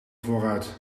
vooruit